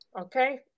Okay